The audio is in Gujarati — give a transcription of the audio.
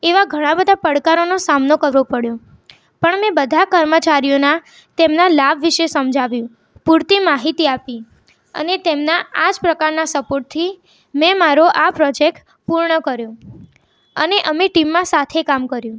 એવા ઘણા બધા પડકારોનો સામનો કરવો પડ્યો પણ મેં બધા કર્મચારીઓના તેમના લાભ વિશે સમજાવ્યું પૂરતી માહિતી આપી અને તેમના આ જ પ્રકારના સપોર્ટથી મેં મારો આ પ્રોજેક પૂર્ણ કર્યો અને અમે ટીમમાં સાથે કામ કર્યું